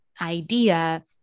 idea